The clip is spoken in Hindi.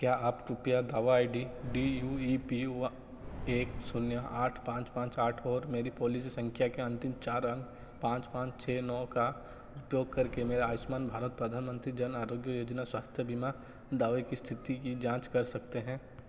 क्या आप कृपया दावा I D D U E P व एक शून्य आठ पाँच पाँच आठ और मेरी पॉलिसी संख्या के अंतिम चार अंक पाँच पाँच छः नौ का उपयोग करके मेरे आयुष्मान भारत प्रधानमंत्री जन आरोग्य योजना स्वास्थ्य बीमा दावे की स्थिति की जांच कर सकते हैं